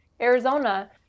Arizona